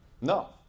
No